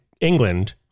England